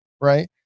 right